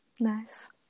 nice